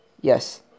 yes